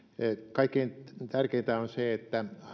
kaikkein tärkeintä on se että